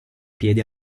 piedi